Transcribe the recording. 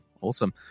Awesome